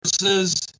versus